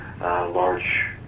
large